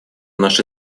наша